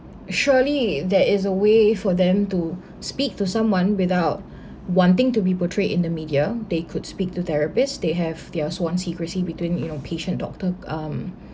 surely there is a way for them to speak to someone without wanting to be portrayed in the media they could speak to therapists they have their sworn secrecy between you know patient-doctor um